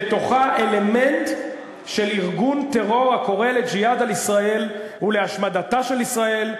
שבתוכה אלמנט של ארגון טרור הקורא לג'יהאד על ישראל ולהשמדתה של ישראל,